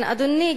אדוני,